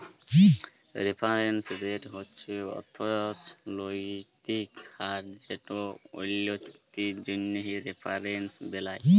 referrals rate হছে অথ্থলৈতিক হার যেট অল্য চুক্তির জ্যনহে রেফারেলস বেলায়